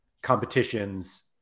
competitions